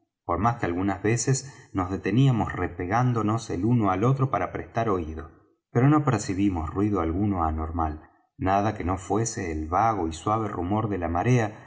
por más que algunas veces nos deteníamos repegándonos el uno al otro para prestar oído pero no percibimos ruido alguno anormal nada que no fuese el vago y suave rumor de la marea